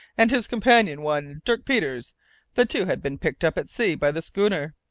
and his companion, one dirk peters the two had been picked up at sea by the schooner.